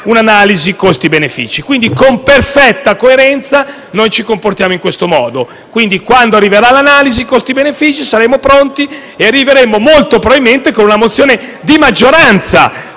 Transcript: un'analisi costi-benefici, quindi con perfetta coerenza noi ci comportiamo in questo modo. Quando arriverà l'analisi costi-benefici, saremo pronti e arriveremo molto probabilmente con una mozione di maggioranza